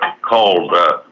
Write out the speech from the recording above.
called